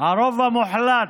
הרוב המוחלט,